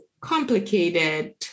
complicated